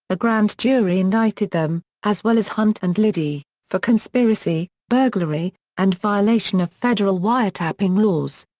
a grand jury indicted them, as well as hunt and liddy, for conspiracy, burglary, and violation of federal wiretapping laws.